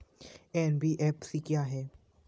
NBFC क्या है?